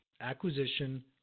acquisition